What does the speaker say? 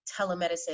telemedicine